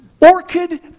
Orchid